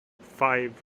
five